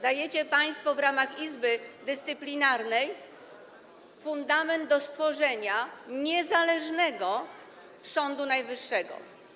Dajecie państwo w ramach Izby Dyscyplinarnej fundament do stworzenia niezależnego Sądu Najwyższego.